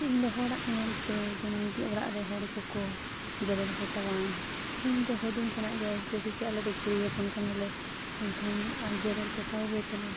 ᱤᱧ ᱫᱚ ᱦᱚᱲᱟᱜ ᱧᱮᱞᱛᱮ ᱡᱮᱢᱚᱱ ᱜᱮ ᱚᱲᱟᱜ ᱨᱮ ᱦᱚᱲ ᱠᱚᱠᱚ ᱡᱮᱨᱮᱲ ᱯᱚᱛᱟᱣᱟ ᱤᱧ ᱫᱚ ᱦᱩᱰᱤᱧ ᱠᱟᱱᱟ ᱡᱮᱭᱥᱮ ᱠᱤ ᱟᱞᱮ ᱫᱚ ᱠᱩᱲᱤ ᱦᱚᱯᱚᱱ ᱠᱟᱱᱟᱞᱮ ᱮᱱᱠᱷᱟᱱ ᱟᱞᱮ ᱡᱮᱨᱟᱹᱲ ᱯᱚᱛᱟᱣ ᱜᱮ ᱛᱟᱞᱮ